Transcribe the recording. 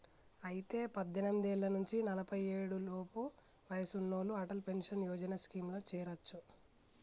అయితే పద్దెనిమిది ఏళ్ల నుంచి నలఫై ఏడు లోపు వయసు ఉన్నోళ్లు అటల్ పెన్షన్ యోజన స్కీమ్ లో చేరొచ్చు